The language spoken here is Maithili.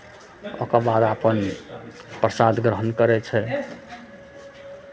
ओकरबाद अपन प्रसाद ग्रहण करै छै